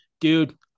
dude